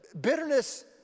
bitterness